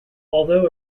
although